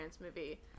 movie